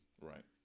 Right